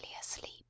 asleep